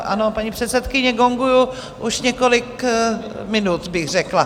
Ano, paní předsedkyně, gonguju už několik minut, bych řekla.